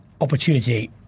opportunity